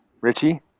Richie